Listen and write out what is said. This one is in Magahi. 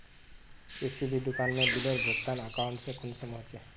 किसी भी दुकान में बिलेर भुगतान अकाउंट से कुंसम होचे?